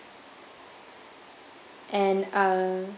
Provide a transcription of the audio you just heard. and uh